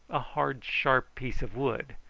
a hard sharp piece of wood,